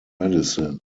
medicine